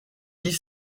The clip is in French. dit